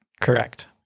Correct